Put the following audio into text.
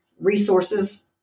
Resources